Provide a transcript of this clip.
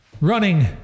running